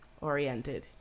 oriented